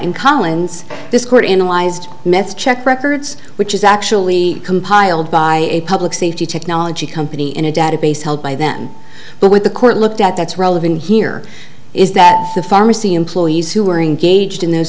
in collins this court analyzed meths check records which is actually compiled by a public safety technology company in a database held by them but what the court looked at that's relevant here is that the pharmacy employees who were engaged in those